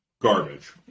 garbage